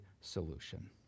solution